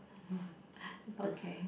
okay